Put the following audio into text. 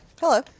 Hello